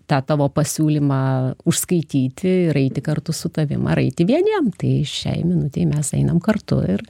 tą tavo pasiūlymą užskaityti ir eiti kartu su tavim ar eiti vieniem tai šiai minutei mes einam kartu ir